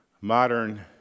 modern